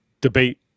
debate